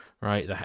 right